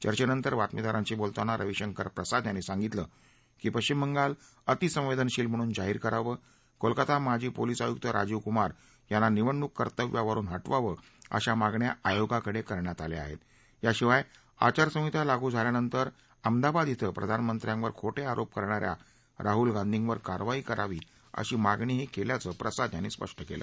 चर्चेनंतर बातमीदारांशी बोलताना रविशंकर प्रसाद यांनी सांगितलं की पश्चिम बंगाल अतिसंवेदनशील म्हणून जाहीर करावं कोलकाता माजी पोलीस आयुक्त राजीव क्मार यांना निवडणुक कर्तव्यावरुन हटवावं अशा मागण्या आयोगाकडे करण्यात आल्यात याशिवाय आचारसंहिता लागू झाल्यानंतर अहमदाबाद इथं प्रधानमंत्र्यांवर खोटे आरोप करणाऱ्या राह्ल गांधींवर कारवाई करावी अशी मागणीही केल्याचं प्रसाद यांनी स्पष्ट केलं